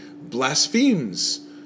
blasphemes